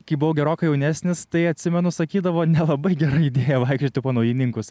kai buvau gerokai jaunesnis tai atsimenu sakydavo nelabai gera idėja vaikščioti po naujininkus